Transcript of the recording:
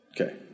Okay